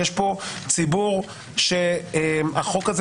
יש פה ציבור שהחוק הזה